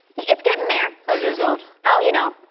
it's getting there as his own. now you know.